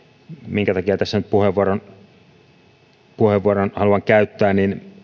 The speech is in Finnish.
minkä takia tässä nyt puheenvuoron haluan käyttää